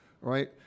right